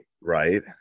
right